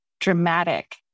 dramatic